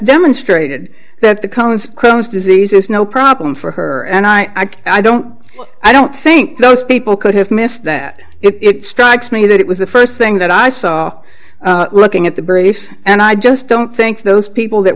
demonstrated that the consequence disease is no problem for her and i i don't i don't think those people could have missed that it strikes me that it was the first thing that i saw looking at the briefs and i just don't think those people that